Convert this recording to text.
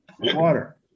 water